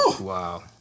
Wow